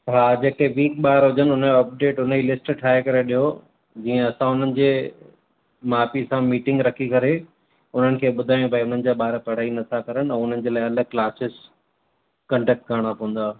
हा जेके वीक ॿार हुजनि हुन जो हुन ई लिस्ट ठाहे करे ॾियो जीअं असां हुननि जे माउ पीउ सां मीटींग रखी करे हुननि खे ॿुधायूं भई हुननि जा ॿार पढ़ाई नथा करणु ऐं हुननि जे लाइ क्लासिस कंडक्ट करणा पवंदा